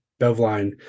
Bevline